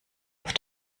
auf